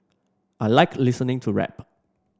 I like listening to rap